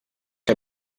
que